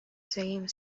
same